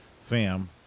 Sam